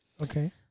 Okay